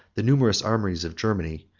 the numerous armies of germany,